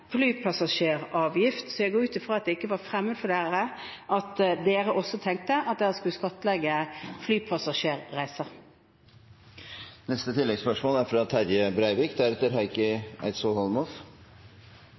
flypassasjeravgift, så jeg går ut ifra at det ikke var fremmed for dem, og at de også tenkte at de skulle skattlegge flypassasjerer. Terje Breivik – til oppfølgingsspørsmål. Det er